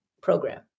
program